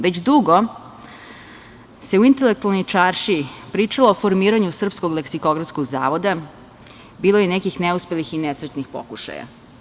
Već dugo se u intelektualnoj čaršiji pričalo o formiranju srpskog leksikografskog zavoda, bilo je i nekih neuspelih i nesretnih pokušaja.